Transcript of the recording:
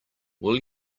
will